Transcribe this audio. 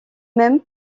même